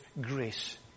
grace